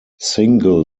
single